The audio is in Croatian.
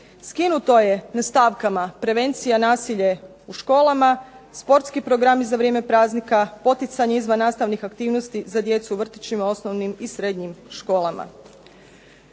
Skinuto je na stavkama prevencija nasilje u školama, sportski programi za vrijeme praznika, poticanje izvannastavnih aktivnosti djecu u vrtićima, osnovnim i srednjim školama.